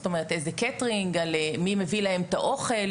זאת אומרת - איזה קייטרינג, מי מביא להם את האוכל.